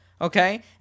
okay